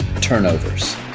turnovers